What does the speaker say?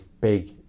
big